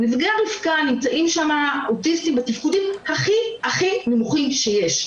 ששם נמצאים אוטיסטים בתפקודים הכי הכי נמוכים שיש,